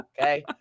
okay